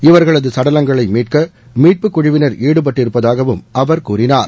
இவர்களது சடலங்களை மீட்க மீட்புக் குழுவினர் ஈடுபட்டிருப்பதாகவும் அவர் கூறினார்